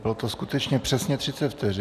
Bylo to skutečně přesně třicet vteřin.